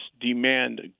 demand